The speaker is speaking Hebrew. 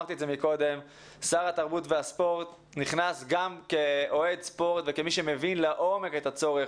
שר התרבות והספורט הוא גם אוהד ספורט ומבין לעומק את הצורך.